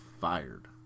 fired